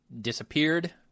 disappeared